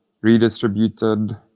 redistributed